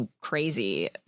crazy